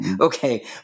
okay